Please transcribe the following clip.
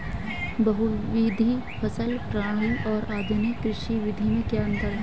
बहुविध फसल प्रणाली और आधुनिक कृषि की विधि में क्या अंतर है?